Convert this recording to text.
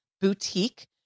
boutique